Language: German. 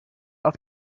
auf